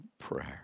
prayer